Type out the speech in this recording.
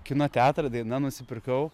kino teatrą daina nusipirkau